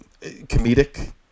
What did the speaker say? comedic